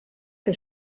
que